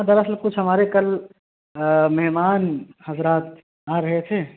دراصل کچھ ہمارے کل مہمان حضرات آ رہے تھے